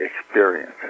experience